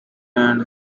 and